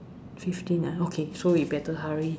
fifteen ah okay so we better hurry